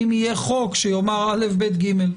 אם יהיה חוק שיאמר א', ב', ג'.